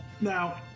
Now